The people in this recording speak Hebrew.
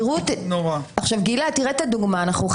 הדוגמה,